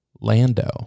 Lando